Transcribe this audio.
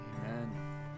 Amen